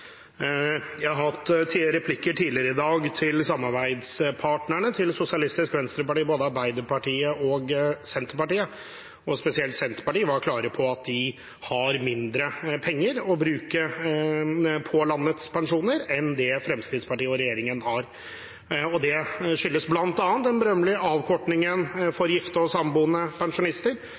Jeg har hatt replikker tidligere i dag til samarbeidspartnerne til SV – både Arbeiderpartiet og Senterpartiet. Spesielt Senterpartiet var klare på at de har mindre penger å bruke på landets pensjoner enn det Fremskrittspartiet og regjeringen har. Det skyldes bl.a. den berømmelige avkortningen for gifte og samboende pensjonister